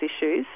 issues